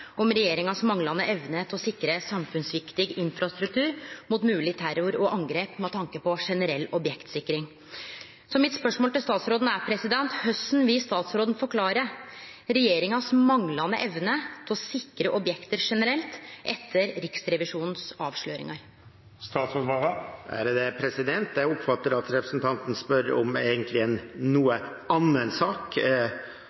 om den manglande evna hos regjeringa til å sikre samfunnsviktig infrastruktur mot mogleg terror og angrep med tanke på generell objektsikring. Så spørsmålet mitt til statsråden er: Korleis vil statsråden forklare den manglande evna hos regjeringa til å sikre objekt generelt, etter Riksrevisjonens avsløringar? Det jeg oppfatter at representanten spør om,